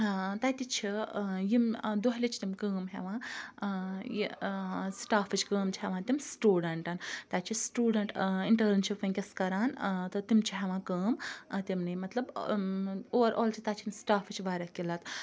تَتہِ چھِ یِم دۄہلہ چھِ تِم کٲم ہیٚوان یہِ سٹافٕچ کٲم چھِ ہیٚوان تِم سٹوڈنٹن تَتہِ چھِ سٹوڈنٹ اِنٹٲرٕنشِپ وٕنکیٚس کَران تہٕ تِم چھِ ہیٚوان کٲم تِمنٕے مَطلَب اووَرآل چھِ تَتہِ چھِ نہٕ سٹافٕچ واریاہ قِلَت